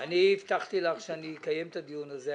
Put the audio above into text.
אני הבטחתי לך שאני אקיים את הדיון הזה.